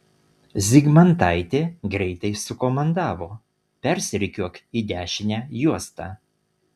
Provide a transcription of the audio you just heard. zygmantaitė greitai sukomandavo persirikiuok į dešinę juostą